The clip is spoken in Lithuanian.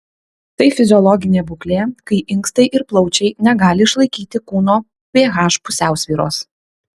tai fiziologinė būklė kai inkstai ir plaučiai negali išlaikyti kūno ph pusiausvyros